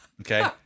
Okay